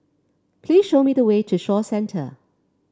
please show me the way to Shaw Centre